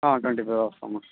ஆ twenty four hours ஆமாம்